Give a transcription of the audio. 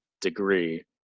degree